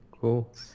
cool